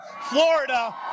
Florida